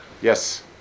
Yes